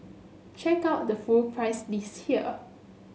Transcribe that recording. check out the full price list here